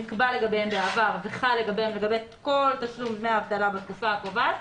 בעבר וחל לגביהם לגבי כל תשלום דמי האבטלה בתקופה הקובעת,